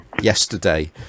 yesterday